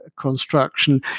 construction